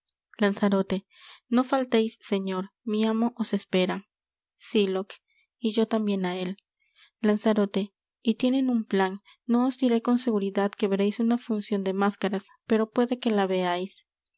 lanzarote no falteis señor mi amo os espera sylock y yo tambien á él lanzarote y tienen un plan no os diré con seguridad que vereis una funcion de máscaras pero puede que la veais